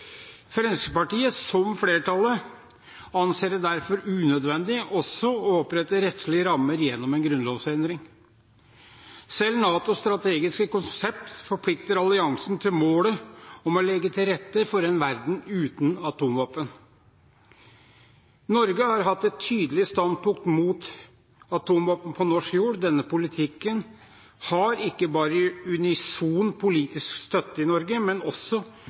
Fremskrittspartiet – i likhet med flertallet – anser det derfor som unødvendig å opprette rettslige rammer gjennom en grunnlovsendring. Selv NATOs strategiske konsept forplikter alliansen til målet om å legge til rette for en verden uten atomvåpen. Norge har hatt et tydelig standpunkt mot atomvåpen på norsk jord. Denne politikken har ikke bare unison politisk støtte i Norge, men også